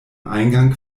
eingang